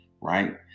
right